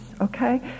okay